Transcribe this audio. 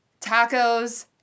tacos